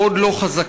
מאוד לא חזקה,